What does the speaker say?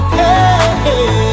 hey